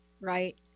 right